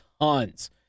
tons